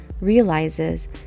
realizes